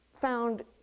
found